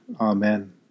Amen